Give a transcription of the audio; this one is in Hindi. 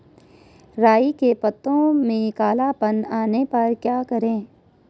राई के पत्तों में काला पन आने पर क्या करें?